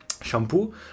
shampoo